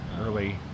early